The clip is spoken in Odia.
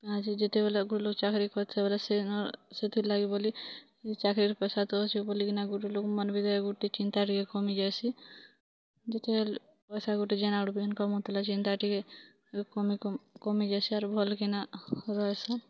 ଆଜି ଯେତେବେଲେ ଗୋଟେ ଲୋକ୍ ଚାକିରି କରିଥିବ ବୋଲେ ସେ ନ୍ ସେଥି ଲାଗି ବୋଲି ଏ ଚାକିରି ପଇସା ତ ଅଛି ବୋଲି କିନା ଗୁଟେ ଲୋକ୍ ମାନ୍ ବି ଗୋଟେ ଚିନ୍ତା ଟିକେ କମି ଯାଇସି ଯେତେ ହେଲ୍ ପଇସା ଗୋଟେ ଯେଣେ ଆଡ଼ୁ ବି ଇନକମ୍ ହଉଥିଲେ ଚିନ୍ତା ଟିକେ କମି କମ୍ କମି ଯାସିଆ ଆରୁ ଭଲିକି ନା ରହିସନ୍